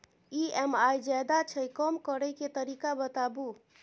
EMI ज्यादा छै कम करै के तरीका बताबू?